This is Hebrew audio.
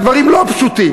הדברים לא פשוטים,